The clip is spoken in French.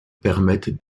permettent